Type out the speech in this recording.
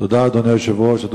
אדוני היושב-ראש, תודה.